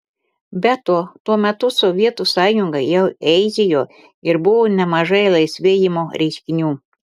be to tuo metu sovietų sąjunga jau eižėjo ir buvo nemažai laisvėjimo reiškinių